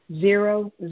zero